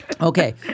Okay